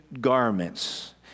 garments